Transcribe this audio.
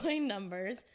numbers